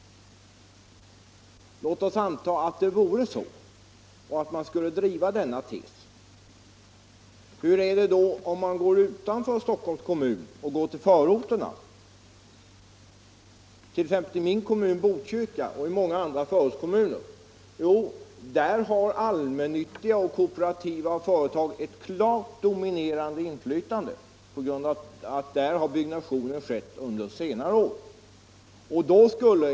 Låt oss anta att det vore så och att man skulle driva denna tes. Hur är det då om man går utanför Stockholms kommun och ser på förorterna, t.ex. min kommun Botkyrka och många andra förortskommuner? Jo, där har allmännyttiga och kooperativa företag ett klart dominerande inflytande på grund av att byggnationen där har skett under senare år.